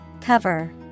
Cover